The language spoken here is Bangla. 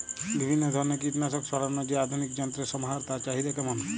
বিভিন্ন ধরনের কীটনাশক ছড়ানোর যে আধুনিক যন্ত্রের সমাহার তার চাহিদা কেমন?